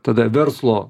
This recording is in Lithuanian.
tada verslo